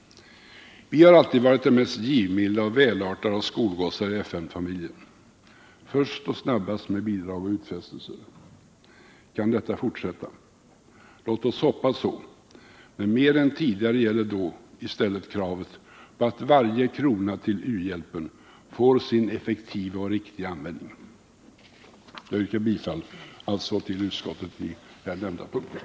Vi har alltid varit den mest givmilda och välartade av skolgossar i FN-familjen: först och snabbast med bidrag och utfästelser. Kan detta fortsätta? Låt oss hoppas så. Men mer än tidigare gäller då kravet på att varje krona till u-hjälpen får sin effektiva och riktiga användning. Jag yrkar alltså bifall till utskottets hemställan på här nämnda punkter.